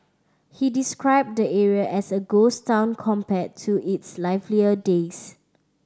he described the area as a ghost town compared to its livelier days